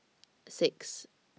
six